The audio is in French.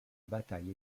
bataille